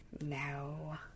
No